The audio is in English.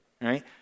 right